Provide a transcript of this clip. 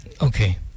Okay